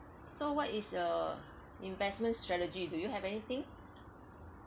so what is your investment strategy do you have anything